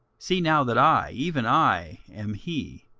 see now that i, even i, am he,